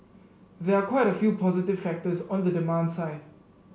there are quite a few positive factors on the demand side